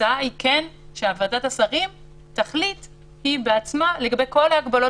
ההצעה היא שוועדת השרים תחליט בעצמה לגבי כל ההגבלות